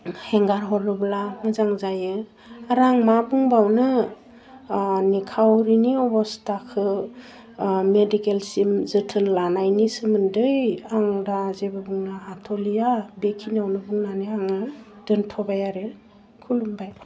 हगार हरोब्ला मोजां जायो आरो आं मा बुंबावनो निखावरिनि अबस्थाखौ मेडिकेलसिम जोथोन लानायनि सोमोन्दै आं दा जेबो बुंनो हाथ'लिया बेखिनियावनो बुंनानै आङो दोन्थ'बाय आरो खुलुमबाय